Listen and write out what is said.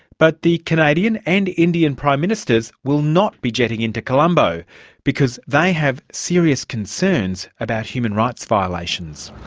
but the canadian and indian prime ministers will not be jetting into colombo because they have serious concerns about human rights violations.